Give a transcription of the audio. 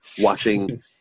watching